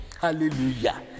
Hallelujah